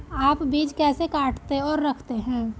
आप बीज कैसे काटते और रखते हैं?